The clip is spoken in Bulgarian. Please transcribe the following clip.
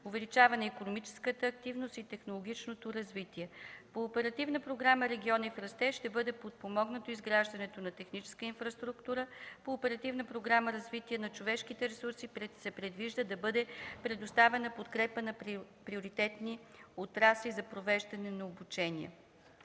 увеличаване икономическата активност и технологичното развитие. По Оперативна програма „Региони в растеж” ще бъде подпомогнато изграждането на техническа инфраструктура, по Оперативна програма „Развитие на човешките ресурси” се предвижда да бъде предоставена подкрепа на приоритетни отрасли за провеждане на обучение.